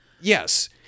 Yes